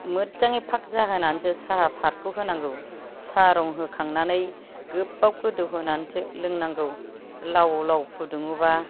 मोजाङै फाग जाहोनानैसो साहा फाटखौ होनांगौ साहा रं होखांनानै गोबाव गोदौहोनानैसो लोंनांगौ लाव लाव फुदुङोबा